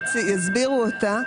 יסבירו אותה.